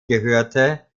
gehörte